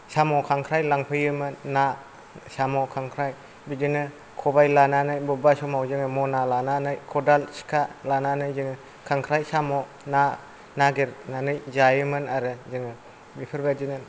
साम' खांख्राइ लांफैयोमोन ना साम' खांख्राइ बिदिनो खबाय लानानै बबेबा समाव जोङो मना लानानै खदाल सिखा लानानै जोङो खांख्राइ साम' ना नागेरनानै जायोमोन आरो जोङो बेफोरबादिनो